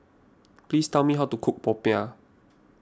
please tell me how to cook Popiah